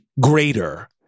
greater